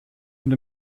und